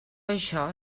això